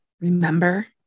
remember